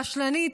רשלנית.